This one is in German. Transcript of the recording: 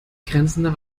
grenzender